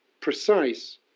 precise